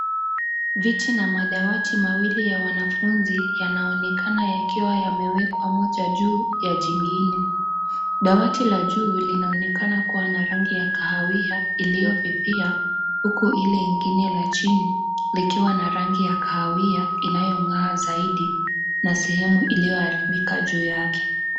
Viti na madawati mawili ya wanafunzi yanaonekana yakiwekwa moja juu ya jingine, dawati ya juu Inaonekana kuwa wa rangi ya kahawia iliyofifia huku ingine ya chini iko na rangi ya kahawia inayong'aa zaidi na sehemu iliyoaribika juu yake.